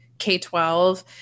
k-12